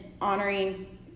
honoring